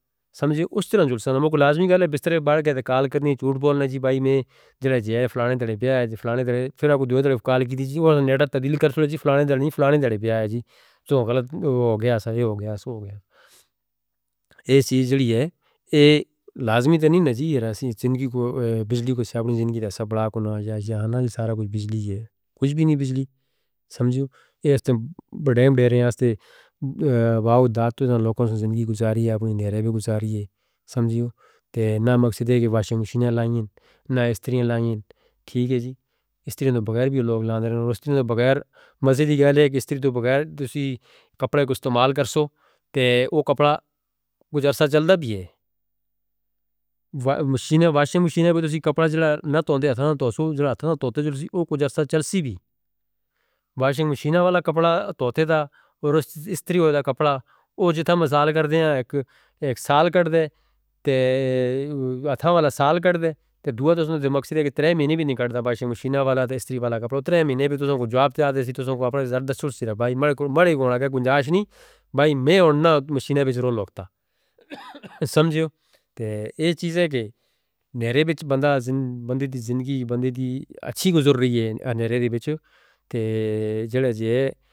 سمجھو اس طرح جڑسانہ مکو لازمی کہلے بسترہ باردہ دے کال کرنی جھوٹ بولنا جی بھائی میں جڑے جے فلانے دے بیا ہے فلانے دے پھرا کو دوئے طرف کال کیتی جی وہ تے نٹا تبدیل کر سکے جی فلانے دے نہیں فلانے دے بیا ہے جی سو غلط ہو گیا سا یہ ہو گیا سو ہو گیا یہ چیز جڑی ہے یہ لازمی تنی نہ جی ہی رہ سی جن کی بجلی کو آپنی زندگی دا سب بڑا کنوں یا یہاں نال سارا کچھ بجلی ہے کچھ بھی نہیں بجلی سمجھو یہ استے بڑے بڑے رہے ہیں استے واو داد تو دن لوگوں سے زندگی گزاریا اپنی نیرے بھی گزاریا سمجھو تے نہ مقصد ہے کہ واشنگ مشینہ لگین نہ استریاں لگین ٹھیک ہے جی استریاں نو بغیر بھی لوگ لاندھ رہے ہیں اور استریاں نو بغیر مزہ دی گال ہے کہ استری تو بغیر تسی کپڑا کچھ استعمال کرسو تے وہ کپڑا کچھ عرصہ چل دا دی ہے واشنگ مشینہ والا کپڑا توتے دا اور استری ہو دا کپڑا وہ جتھا مظال کردے ہیں ایک سال کردے تے اتھا والا سال کردے تے دوںہا تساں دے مقصد ہے کہ تریہ مہینے بھی نہیں کردا واشنگ مشینہ والا تے استری والا کپڑا تریہ مہینے بھی تساں کو جواب تے آدے سی تساں کو اپنے زر دستور سی رہا بھائی مرے گونہ گہ گزرش نہیں بھائی میں اونا مشینہ بیچ رول لوکتا سمجھو تے اے چیز ہے کہ نیرے بیچ بندہ زندگی بندے دی اچھی گزر رہی ہے نیرے دے بیچ